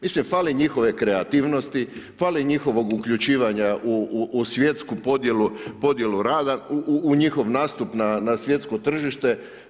Mislim fali njihove kreativnosti, fali njihovog uključivanja u svjetsku podjelu rada, u njihovo nastup na svjetsko tržište.